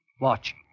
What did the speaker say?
Watch